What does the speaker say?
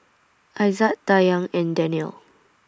Aizat Dayang and Daniel